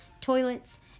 toilets